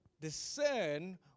discern